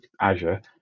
Azure